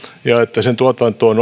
ja että sen tuotantoon